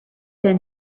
been